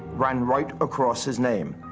ran right across his name.